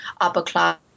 upper-class